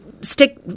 Stick